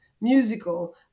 musical